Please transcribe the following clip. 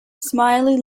smiley